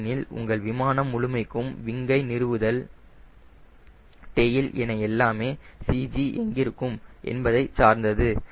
ஏனெனில் உங்கள் விமானம் முழுமைக்கும் விங்கை நிறுவுதல் டெயில் என எல்லாமே CG எங்கிருக்கும் என்பதை சார்ந்தது